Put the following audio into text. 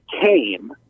came